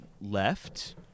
left